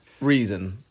reason